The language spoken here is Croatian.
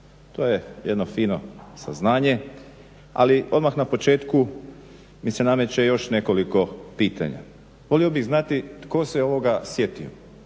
To je jedno fino saznanje. Ali odmah na početku mi se nameće još nekoliko pitanja. Volio bih znati tko se ovoga sjetio,